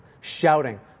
shouting